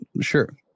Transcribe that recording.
sure